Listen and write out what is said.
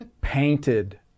painted